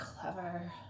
clever